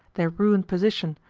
their ruined position,